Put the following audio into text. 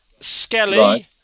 Skelly